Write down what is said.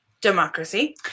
democracy